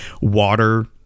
water